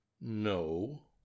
No